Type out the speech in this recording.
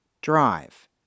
Drive